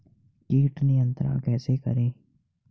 कीट नियंत्रण कैसे करें?